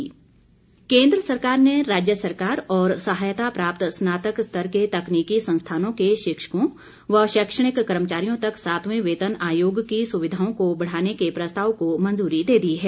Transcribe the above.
वेतन आयोग केन्द्र सरकार ने राज्य सरकार और सहायता प्राप्त स्नातक स्तर के तकनीकी संस्थानों के शिक्षकों व शैक्षणिक कर्मचारियों तक सातवें वेतन आयोग की सुविधाओं को बढ़ाने के प्रस्ताव को मंजूरी दे दी है